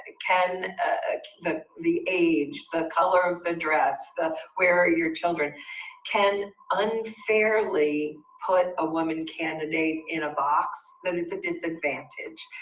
ah can ah the the age, the color of the dress, the where are your children can unfairly put a woman candidate in a box that is a disadvantage.